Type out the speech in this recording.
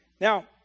Now